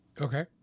Okay